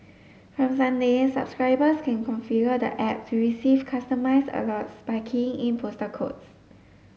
from Sunday subscribers can configure the app to receive customised alerts by keying in postal codes